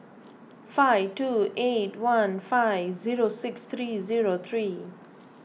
five two eight one five zero six three zero three